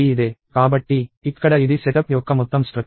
కాబట్టి ఇక్కడ ఇది సెటప్ యొక్క మొత్తం స్ట్రక్చర్